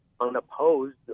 unopposed